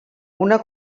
una